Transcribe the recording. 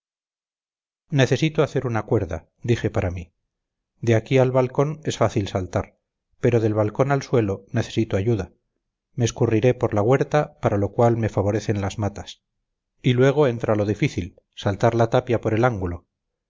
necesito hacer una cuerda dije para mí de aquí al balcón es fácil saltar pero del balcón al suelo necesito ayuda me escurriré por la huerta para lo cual me favorecen las matas y luego entra lo difícil saltar la tapia por el ángulo